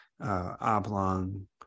oblong